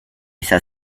esa